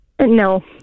no